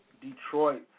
Detroit